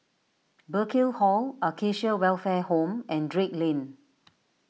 Burkill Hall Acacia Welfare Home and Drake Lane